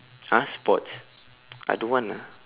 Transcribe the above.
!huh! sports I don't want ah